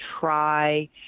try